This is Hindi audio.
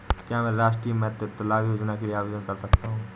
क्या मैं राष्ट्रीय मातृत्व लाभ योजना के लिए आवेदन कर सकता हूँ?